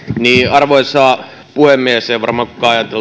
arvoisa puhemies ei varmaan kukaan ajatellut että näin